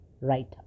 writer